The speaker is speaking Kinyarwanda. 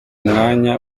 umwanya